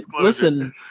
listen